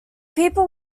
people